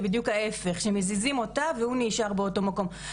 קורה בדיוק ההיפך מזיזים אותה משם והוא נשאר באותו המקום.